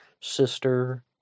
sister